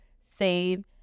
save